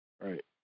Right